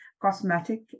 cosmetic